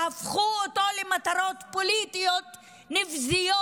והפכו אותם למטרות פוליטיות נבזיות.